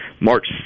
March